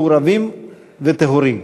מעורבים וטהורים.